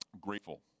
grateful